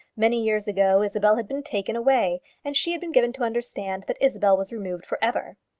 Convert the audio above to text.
many years ago isabel had been taken away, and she had been given to understand that isabel was removed for ever.